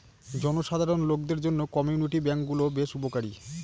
জনসাধারণ লোকদের জন্য কমিউনিটি ব্যাঙ্ক গুলো বেশ উপকারী